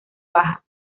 baja